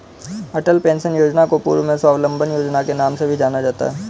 अटल pension योजना को पूर्व में स्वाबलंबन योजना के नाम से भी जाना जाता था